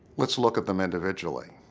let's look at them individually